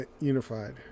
unified